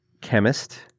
Chemist